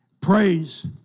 Praise